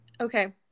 Okay